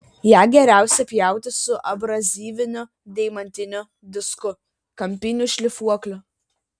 ją geriausia pjauti su abrazyviniu deimantiniu disku kampiniu šlifuokliu